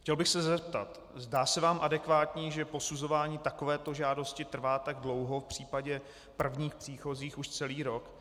Chtěl bych se zeptat: Zdá se vám adekvátní, že posuzování takovéto žádosti trvá tak dlouho, v případě prvních příchozích už celý rok?